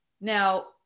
Now